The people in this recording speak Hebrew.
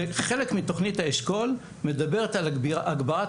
וחלק מתוכנית האשכול מדברת על הגברת